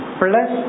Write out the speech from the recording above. plus